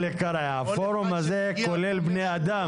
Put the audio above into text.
הפורום הזה כולל בני אדם